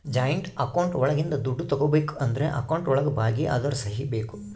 joint account ಒಳಗಿಂದ ದುಡ್ಡು ತಗೋಬೇಕು ಅಂದ್ರು ಅಕೌಂಟ್ ಒಳಗ ಭಾಗಿ ಅದೋರ್ ಸಹಿ ಬೇಕು